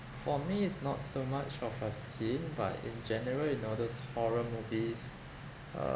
for me it's not so much of a scene but in general you know those horror movies uh